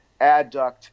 adduct